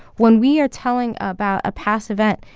when we are telling about a past event,